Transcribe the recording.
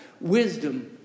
Wisdom